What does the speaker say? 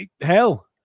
hell